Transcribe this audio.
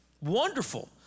wonderful